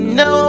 no